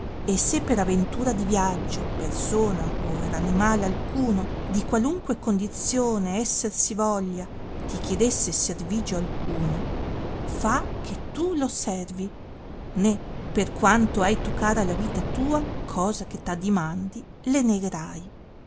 e se per aventura di viaggio persona over animal alcuno di qualunque condizione esser si voglia ti chiedesse servigio alcuno fa che tu lo servi né per quanto hai tu cara la vita tua cosa che t addimandi le negherai